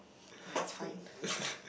ah it's fine